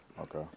Okay